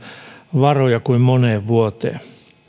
varoja kuin moneen vuoteen